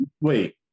wait